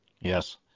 Yes